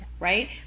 Right